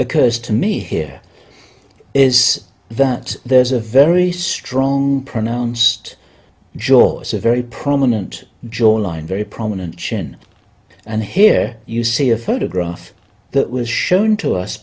occurs to me here is that there's a very strong pronounced jaw it's a very prominent joy line very prominent chin and here you see a photograph that was shown to us